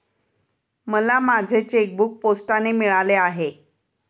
मला माझे चेकबूक पोस्टाने मिळाले आहे